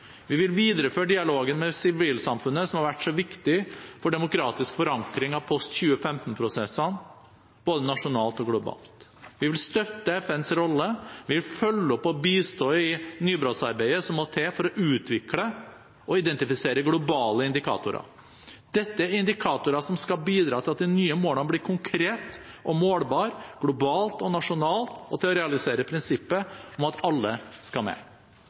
Vi vil videreføre dialogen med sivilsamfunnet som har vært så viktig for demokratisk forankring av post-2015-prosessen, både nasjonalt og globalt. Vi vil støtte FNs rolle, vi vil følge opp og bistå i nybrottsarbeidet som må til for å utvikle og identifisere globale indikatorer. Dette er indikatorer som skal bidra til at de nye målene blir konkrete og målbare – globalt og nasjonalt – og til å realisere prinsippet om at «alle skal med».